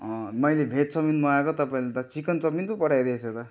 मैले veg chow mein मगाएको तपाईँले त चिकन चौमिन पो पठाइदिएछ त